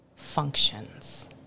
Functions